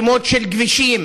שמות של כבישים,